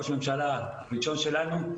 ראש הממשלה הראשון שלנו.